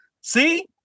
see